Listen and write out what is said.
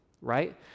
right